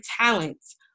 talents